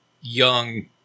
young